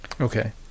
Okay